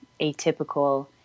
atypical